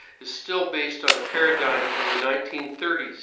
is still based on a paradigm from the nineteen thirty s,